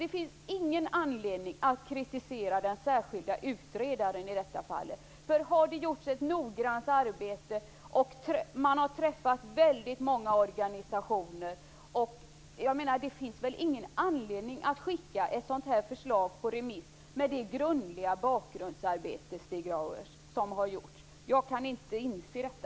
Det finns ingen anledning att kritisera den särskilda utredaren i det här fallet. Det har gjorts ett noggrant arbete. Man har träffat många organisationer. Det finns väl ingen anledning att skicka ett sådant förslag på remiss med det grundliga bakgrundsarbete som har gjorts, Stig Grauers? Jag kan inte inse detta.